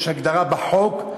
יש הגדרה בחוק,